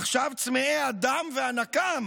עכשיו צמאי הדם והנקם